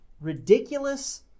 ridiculous